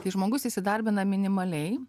kai žmogus įsidarbina minimaliai